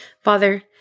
Father